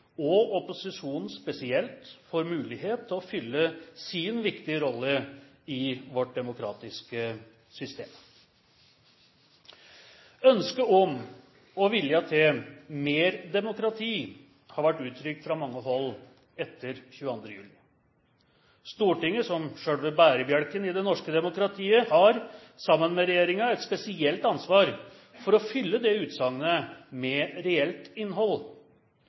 og opposisjonen spesielt, får mulighet til å fylle sin viktige rolle i vårt demokratiske system. Ønsket om og viljen til «mer demokrati» har vært uttrykt fra mange hold etter 22. juli. Stortinget, som selve bærebjelken i det norske demokratiet, har sammen med regjeringen et spesielt ansvar for å fylle dette utsagnet med reelt innhold.